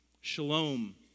Shalom